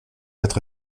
être